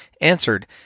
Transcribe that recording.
Answered